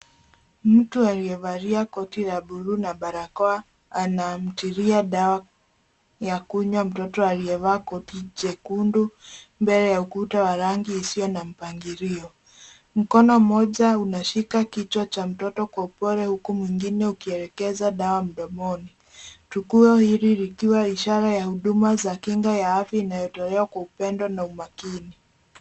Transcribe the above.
Mtu aliyevalia koti la bluu na barakoa anamtilia dawa ya kunywa mtoto aliyevaa koti jekundu mbele ya ukuta wa rangi isiyo na mpangilio. Mkono mmoja unashika kichwa cha mtoto kwa upole huku mwingine ukielekeza dawa mdomoni. Tukio hili likiwa ishara ya huduma za kinga ya afya inayotolewa kwa upendo na umakini.